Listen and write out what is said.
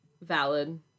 Valid